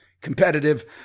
competitive